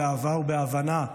באהבה ובהבנה,